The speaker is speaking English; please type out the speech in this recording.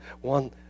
one